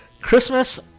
christmas